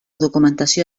documentació